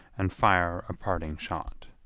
and fire a parting shot.